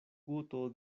guto